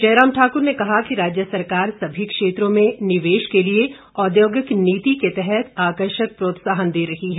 जयराम ठाकुर ने कहा कि राज्य सरकार सभी क्षेत्रों में निवेश के लिए औद्योगिक नीति के तहत आकर्षक प्रोत्साहन दे रही है